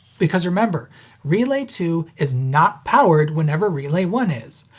because remember relay two is not powered whenever relay one is.